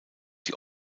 die